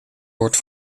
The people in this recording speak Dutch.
woord